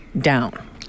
down